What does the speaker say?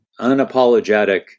unapologetic